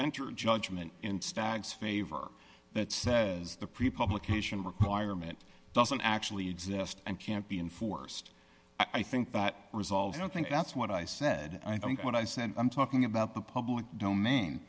enter a judgment in stagg's favor that says the pre publication requirement doesn't actually exist and can't be enforced i think that resolves i don't think that's what i said i think what i said i'm talking about the public domain